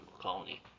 colony